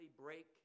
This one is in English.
break